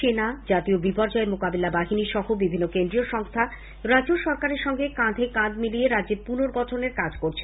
সেনা জাতীয় বিপর্যয় মোকাবিলা বাহিনীসহ বিভিন্ন কেন্দ্রীয় সংস্থা রাজ্য সরকারের সঙ্গে কাঁধে কাঁধ মিলিয়ে রাজ্যে পুনর্গঠন এর কাজ করছে